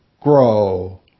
grow